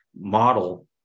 model